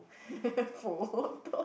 bodoh